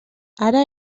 ara